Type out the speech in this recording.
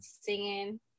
singing